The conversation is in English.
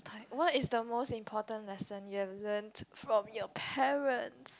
what is the most important lesson you have learnt from your parents